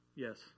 Yes